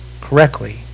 correctly